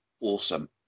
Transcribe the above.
awesome